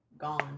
gone